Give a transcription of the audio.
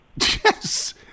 Yes